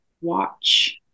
watch